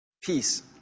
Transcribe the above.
peace